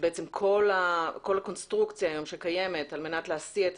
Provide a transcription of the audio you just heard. בעצם כל הקונסטרוקציה שקיימת היום, זה